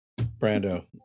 Brando